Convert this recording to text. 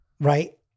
right